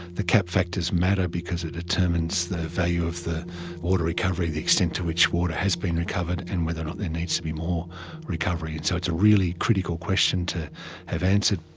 the cap factors matter because it determines the value of the water recovery, the extent to which water has been recovered and whether or not there needs to be more recovery. and so it's a really critical question to have answered.